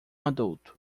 adulto